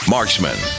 Marksman